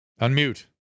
Unmute